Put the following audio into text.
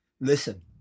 Listen